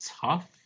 tough